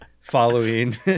following